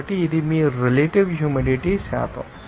కాబట్టి ఇది మీ రిలేటివ్ హ్యూమిడిటీ శాతం